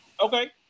Okay